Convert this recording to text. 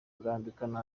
rurambikana